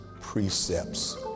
precepts